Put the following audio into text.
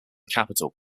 capitol